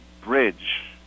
bridge